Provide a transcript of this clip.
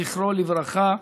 זכרו לברכה,